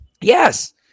Yes